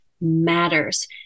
matters